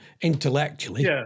intellectually